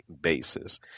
basis